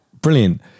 Brilliant